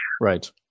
Right